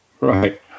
right